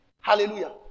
Hallelujah